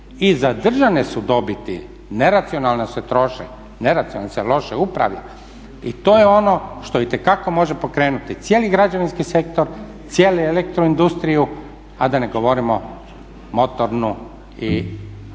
i za državne su dobiti, neracionalno se troše, neracionalno se loše upravlja i to je ono što itekako može pokrenuti cijeli građevinski sektor, cijelu elektroindustriju, a da ne govorimo motornu i proizvodnju